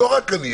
לא רק אני,